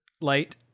Light